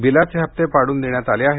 बिलाचे हप्ते पाडून देण्यात आले आहेत